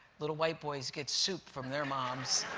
little white boys get soup from their moms.